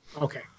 Okay